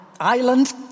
island